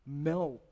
melt